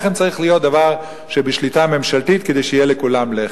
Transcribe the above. לחם צריך להיות דבר שבשליטה ממשלתית כדי שיהיה לכולם לחם.